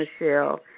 Michelle